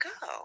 go